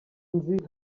nzi